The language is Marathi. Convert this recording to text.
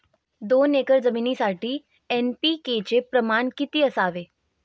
दोन एकर जमिनीसाठी एन.पी.के चे प्रमाण किती असावे?